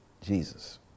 Jesus